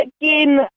again